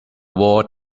walled